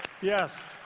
yes